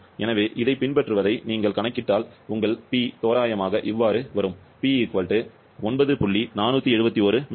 எனவே இதைப் பின்பற்றுவதை நீங்கள் கணக்கிட்டால் உங்கள் P தோராயமாக இவ்வாறு வரும் P 9